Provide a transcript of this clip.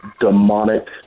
demonic